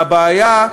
והבעיה,